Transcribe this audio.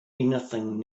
anything